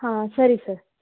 ಹಾಂ ಸರಿ ಸರ್